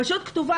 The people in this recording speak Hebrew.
פשוט כתובה.